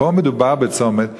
ופה מדובר בצומת שידוע,